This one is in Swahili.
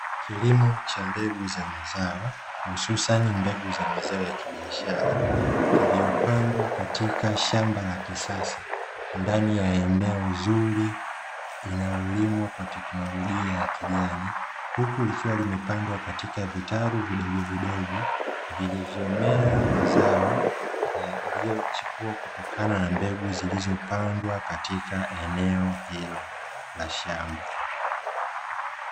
Kilimo cha mbegu za mazao hususani mbegu za mazao ya kibiashara kilicgopandwa katika shamba la kisasa, ndani ya eneo zuri inayolimwa kwa teknolojia ya kijani; huku likiwa limepandwa katika vitalu vidogovidogo vilivyomea mazao yaliyochipua kutokana na mbegu zilizopandwa katika eneo hilo la shamba.